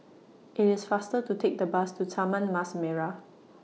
IT IS faster to Take The Bus to Taman Mas Merah